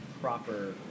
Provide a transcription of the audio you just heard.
proper